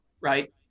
right